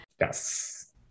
Yes